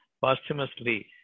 posthumously